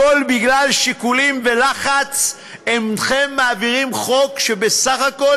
בגלל שיקולים ולחץ אינכם מעבירים חוק שבסך הכול